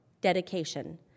dedication